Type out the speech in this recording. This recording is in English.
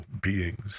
beings